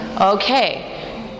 Okay